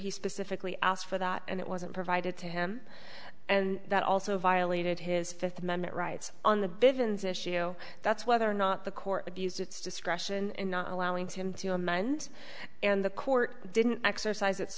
he specifically asked for that and it wasn't provided to him and that also violated his fifth amendment rights on the bivins issue that's whether or not the court abused its discretion in not allowing him to amend and the court didn't exercise it